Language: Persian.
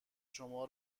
شما